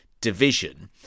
division